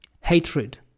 hatred